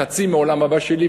חצי מהעולם הבא שלי,